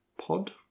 pod